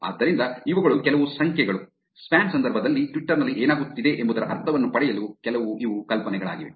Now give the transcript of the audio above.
ಆದ್ದರಿಂದ ಇವುಗಳು ಕೆಲವು ಸಂಖ್ಯೆಗಳು ಸ್ಪ್ಯಾಮ್ ಸಂದರ್ಭದಲ್ಲಿ ಟ್ವಿಟರ್ ನಲ್ಲಿ ಏನಾಗುತ್ತಿದೆ ಎಂಬುದರ ಅರ್ಥವನ್ನು ಪಡೆಯಲು ಕೆಲವು ಇವು ಕಲ್ಪನೆಗಳಾಗಿವೆ